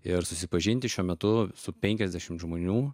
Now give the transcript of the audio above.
ir susipažinti šiuo metu su penkiasdešim žmonių